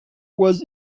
was